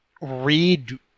read